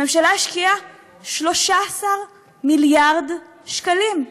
הממשלה השקיעה 13 מיליארד שקלים.